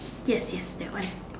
yes yes that one